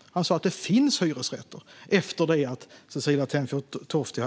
Han sa att det finns hyresrätter efter att Cecilie Tenfjord Toftby